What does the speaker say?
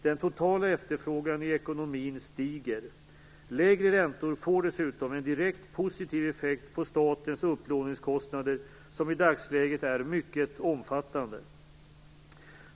Den totala efterfrågan i ekonomin stiger. Lägre räntor får dessutom en direkt positiv effekt på statens upplåningskostnader, som i dagsläget är mycket omfattande.